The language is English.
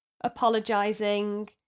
apologising